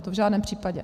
To v žádném případě.